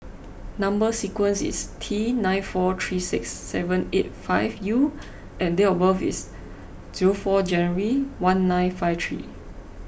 Number Sequence is T nine four three six seven eight five U and date of birth is zero four January one nine five three